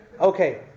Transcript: Okay